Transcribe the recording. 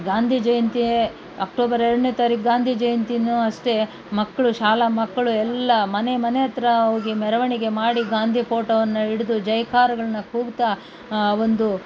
Gandhi Jayanti October ಎರಡನೇ ತಾರೀಕು ಗಾಂಧಿ ಜಯಂತಿಯೂ ಅಷ್ಟೇ ಮಕ್ಳು ಶಾಲಾ ಮಕ್ಳು ಎಲ್ಲ ಮನೆ ಮನೆ ಹತ್ರ ಹೋಗಿ ಮೆರವಣಿಗೆ ಮಾಡಿ ಗಾಂಧಿ ಫೋಟೋವನ್ನು ಹಿಡ್ದು ಜಯಕಾರಗಳ್ನ ಕೂಗ್ತಾ ಆ ಒಂದು